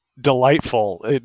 delightful